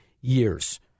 years